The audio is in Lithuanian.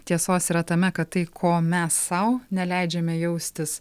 tiesos yra tame kad tai ko mes sau neleidžiame jaustis